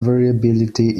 variability